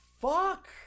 fuck